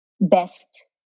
best